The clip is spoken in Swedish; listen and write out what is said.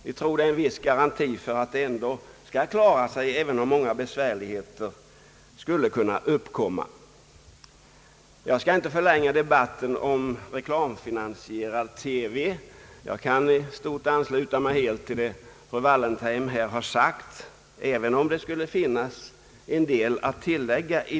Jag tror att där finns en viss garanti för att allting ändå skall ordna sig, även om många besvärligheter skulle uppkomma. Jag skall inte förlänga debatten om reklamfinansierad TV. På den punkten kan jag i stort ansluta mig till vad fru Wallentheim har sagt, trots att det finns en del att tillägga.